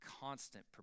constant